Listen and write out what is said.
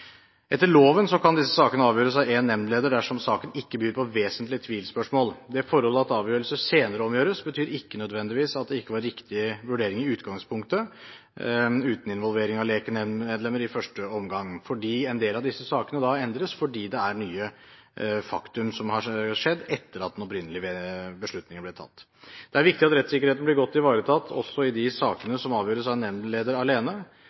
Etter loven kan disse sakene avgjøres av en nemndleder dersom saken ikke byr på vesentlige tvilsspørsmål. Det forhold at avgjørelse senere omgjøres, betyr ikke nødvendigvis at det ikke var riktig vurdering i utgangspunktet uten involvering av lekmedlemmer i første omgang. En del av disse sakene endres fordi det er nye faktum som har kommet frem etter at den opprinnelige beslutningen har blitt tatt. Det er viktig at rettssikkerheten blir godt ivaretatt også i de sakene som avgjøres av nemndleder alene.